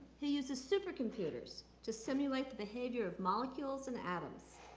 he uses super computers to simulate the behavior of molecules and atoms.